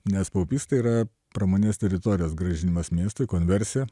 nes paupys tai yra pramoninės teritorijos grąžinimas miestui konversija